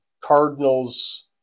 cardinals